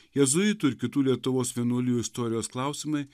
jėzuitų ir kitų lietuvos vienuolijų istorijos klausimai